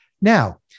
Now